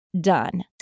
done